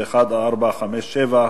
ו-1457,